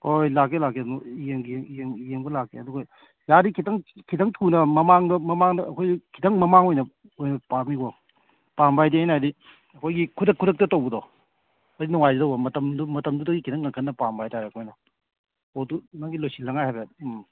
ꯍꯣꯏ ꯍꯣꯏ ꯂꯥꯛꯀꯦ ꯂꯥꯛꯀꯦ ꯑꯗꯨꯝ ꯌꯦꯡꯒꯦ ꯌꯦꯡꯕ ꯂꯥꯛꯀꯦ ꯑꯗꯨꯒ ꯌꯥꯔꯗꯤ ꯈꯤꯇꯪ ꯈꯤꯇꯪ ꯊꯨꯅ ꯃꯃꯥꯡꯗ ꯃꯃꯥꯡꯗ ꯑꯩꯈꯣꯏ ꯈꯤꯇꯪ ꯃꯃꯥꯡ ꯑꯣꯏꯅ ꯑꯣꯏꯅ ꯄꯥꯝꯃꯤꯕꯣ ꯄꯥꯝꯕ ꯍꯥꯏꯗꯤ ꯑꯩꯅ ꯍꯥꯏꯗꯤ ꯑꯩꯈꯣꯏꯒꯤ ꯈꯨꯗꯛ ꯈꯨꯗꯛꯇ ꯇꯧꯕꯗꯣ ꯍꯦꯛ ꯅꯨꯡꯉꯥꯏꯖꯗꯕ ꯃꯇꯝꯗꯨ ꯃꯇꯝꯗꯨꯗꯒꯤ ꯈꯤꯇꯪ ꯉꯟꯈꯠꯅ ꯄꯥꯝꯕ ꯍꯥꯏꯇꯥꯔꯦ ꯑꯩꯈꯣꯏꯅ ꯄꯣꯠꯇꯨ ꯅꯪꯒꯤ ꯂꯣꯏꯁꯤꯟꯅꯤꯉꯥꯏ ꯍꯥꯏꯇꯥꯔꯦ ꯎꯝ